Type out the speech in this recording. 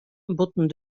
bûten